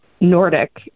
Nordic